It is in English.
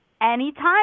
Anytime